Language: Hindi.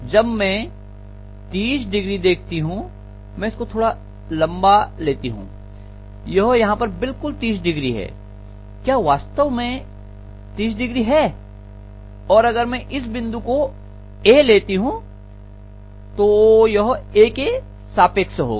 जब मैं 30O देखती हूं मैं इसको थोड़ा लंबा लेती हूं यह यहां पर बिल्कुल 30O है क्या वास्तव में 30O है और अगर मैं इस बिंदु को A लेती हूं तो यह A के सापेक्ष होगा